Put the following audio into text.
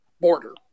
border